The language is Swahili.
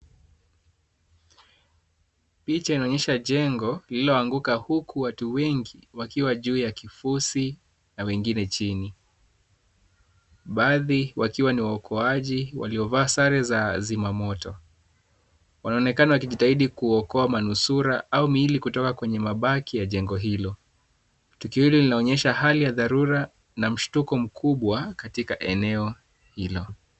Picha linaonyesha jengo liloanguka uku watu wengi wakiwa juu ya kifusi na wengine chini. Baadhi wakiwa ni waokoaji waliyovaa sare za zima moto. Wanaonekana wakijitahidi kuokoa manusura au miili kutoka kwenye mabaki ya jengo hilo. Tukio hili linaonyesha hali ya dharura na mshtuko mkubwa katika eneo hilo.